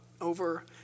over